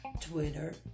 Twitter